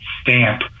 stamp